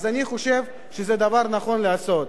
אז אני חושב שזה דבר נכון לעשות.